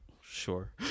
sure